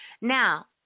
Now